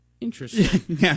Interesting